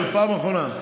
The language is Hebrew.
זו הפעם האחרונה.